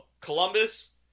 Columbus